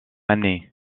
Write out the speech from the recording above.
année